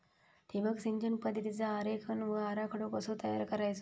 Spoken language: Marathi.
ठिबक सिंचन पद्धतीचा आरेखन व आराखडो कसो तयार करायचो?